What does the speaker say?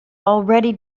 already